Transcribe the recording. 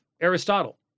Aristotle